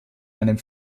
einem